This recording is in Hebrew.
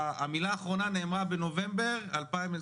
המילה האחרונה נאמרה בנובמבר 2020,